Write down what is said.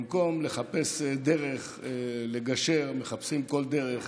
במקום לחפש דרך לגשר, מחפשים כל דרך